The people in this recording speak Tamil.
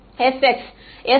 மாணவர் sx